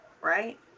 right